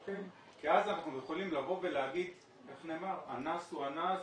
כי אז אנחנו יכולים לבוא ולהגיד: "אנס הוא אנס,